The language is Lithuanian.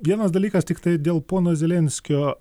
vienas dalykas tiktai dėl pono zelenskio